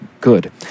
good